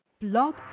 Blog